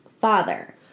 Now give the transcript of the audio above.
father